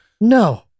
No